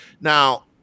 now